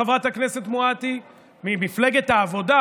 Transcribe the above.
חברת הכנסת מואטי ממפלגת העבודה,